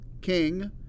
King